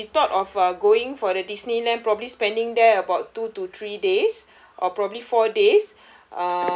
because we thought of uh going for the disneyland probably spending there about two to three days or probably four days